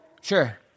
Sure